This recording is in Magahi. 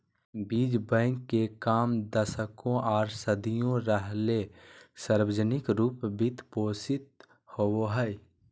बीज बैंक के काम दशकों आर सदियों रहले सार्वजनिक रूप वित्त पोषित होबे हइ